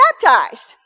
baptized